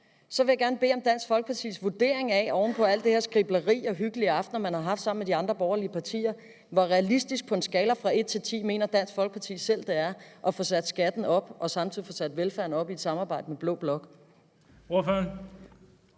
Så vil jeg gerne bede om Dansk Folkepartis vurdering oven på alle de her skriblerier og hyggelige aftener, man har haft sammen med de andre borgerlige partier: Hvor realistisk på en skala fra 1 til 10 mener Dansk Folkeparti selv det er at få sat skatten op og samtidig få sat velfærden op i et samarbejde med blå blok?